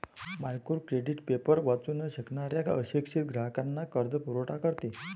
micro credit paper वाचू न शकणाऱ्या अशिक्षित ग्राहकांना कर्जपुरवठा करते